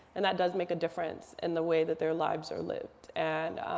and that does make a difference in the way that their lives are lived. and